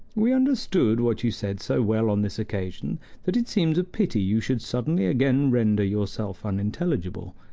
we understood what you said so well on this occasion that it seems a pity you should suddenly again render yourself unintelligible.